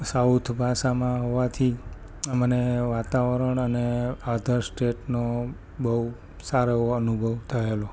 south ભાષામાં હોવાથી મને વાતાવરણ અને અધર સ્ટેટનો બહુ સારો એવો અનુભવ થયેલો